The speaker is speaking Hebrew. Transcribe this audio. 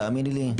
תאמיני לי,